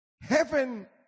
heaven